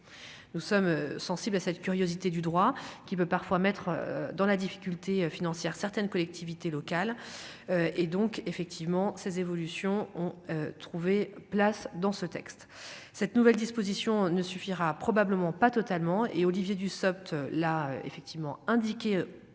nous sommes sensibles à cette curiosité du droit qui peut parfois mettre dans la difficulté financières certaines collectivités locales, et donc effectivement ces évolutions ont trouvé place dans ce texte, cette nouvelle disposition ne suffira probablement pas totalement et Olivier Dussopt là effectivement indiqué